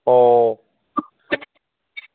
ꯑꯣ